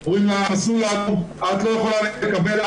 אומרים לה: את לא יכולה לקבל,